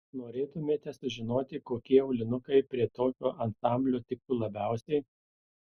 norėtumėte sužinoti kokie aulinukai prie tokio ansamblio tiktų labiausiai